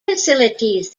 facilities